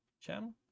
channel